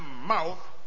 mouth